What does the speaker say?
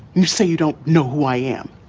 you say you don't know who i am.